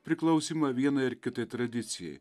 priklausymą vienai ar kitai tradicijai